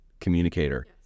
communicator